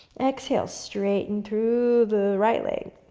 exhale, straighten through the right leg.